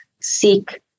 seek